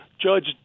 Judge